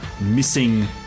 missing